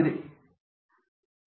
ಆದ್ದರಿಂದ ಅದು ಅಮೂರ್ತವಾದದ್ದು